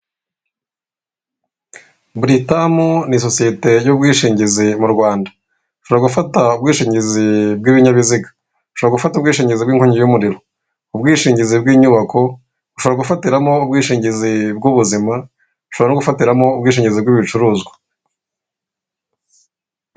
Britam ni sosiyete y'ubwishingizi mu Rwanda ushobora gufatamo ubwishingizi bwibinyabiziga, ushobora gufata ubwishingizi bw'inkongi y'umuriro, ubwishingizi bw'inyubako, ushobora gufatiramo ubwishingizi bw'ubuzima ,ushobora no gufatiramo ubwishingizi bw'ibicuruzwa .